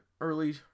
early